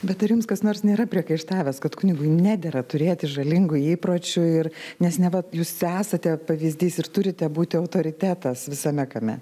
bet ar jums kas nors nėra priekaištavęs kad kunigui nedera turėti žalingų įpročių ir nes neva jūs esate pavyzdys ir turite būti autoritetas visame kame